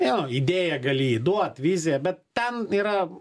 jo idėja gali įduot viziją bet ten yra